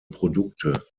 produkte